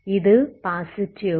இது பாசிட்டிவ்